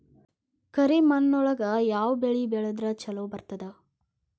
ಕರಿಮಣ್ಣೊಳಗ ಯಾವ ಬೆಳಿ ಬೆಳದ್ರ ಛಲೋ ಬರ್ತದ?